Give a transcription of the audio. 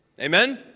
Amen